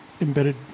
embedded